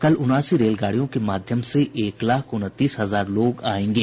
कल उनासी रेलगाड़ियों के माध्यम से एक लाख उनतीस हजार लोग आयेंगे